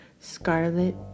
Scarlet